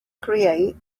create